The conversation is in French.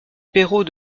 perrault